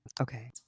Okay